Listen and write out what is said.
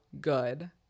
good